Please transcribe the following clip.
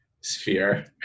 sphere